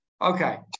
okay